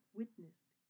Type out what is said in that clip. witnessed